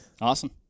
Awesome